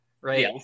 right